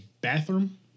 bathroom